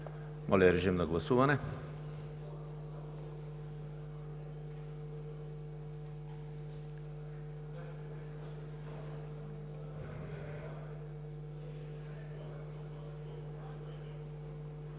Моля режим на гласуване.